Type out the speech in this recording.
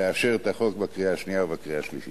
לאשר את החוק בקריאה השנייה ובקריאה השלישית.